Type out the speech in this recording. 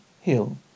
Hill